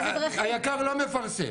היק"ר לא מפרסם.